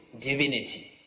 Divinity